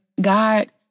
God